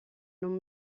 non